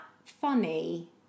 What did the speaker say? Funny